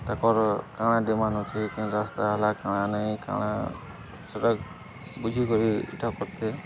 ତା କର କାଣା ଡିମାଣ୍ଡ ଅଛେ କି ରାସ୍ତା ହେଲା କାଣା ନାହିଁ କାଣା ସେଇଟା ବୁଝିିକରି ଇଠା ପତେ